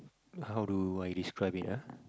how do I describe it ah